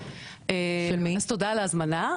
תודה על ההזמנה.